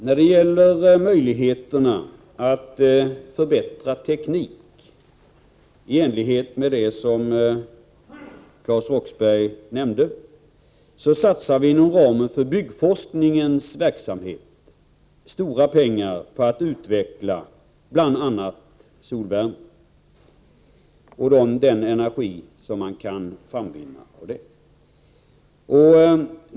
Herr talman! För att förbättra tekniken på det sätt som Claes Roxbergh nämnde satsar vi inom ramen för byggforskningen stora pengar i syfte att utveckla bl.a. solvärmetekniken och därmed utvinna energi.